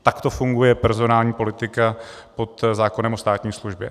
Takto funguje personální politika pod zákonem o státní službě.